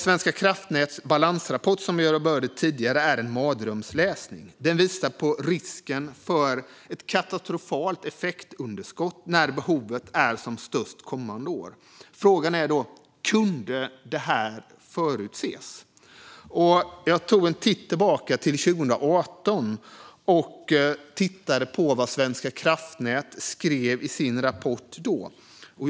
Svenska kraftnäts balansrapport, som jag berörde tidigare, är en mardrömsläsning. Den visar på risken för ett katastrofalt effektunderskott när behovet är som störst kommande år. Frågan är då: Kunde detta förutses? Jag tog en titt tillbaka i tiden och tittade på vad Svenska kraftnät skrev i sin rapport 2018.